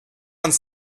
vingt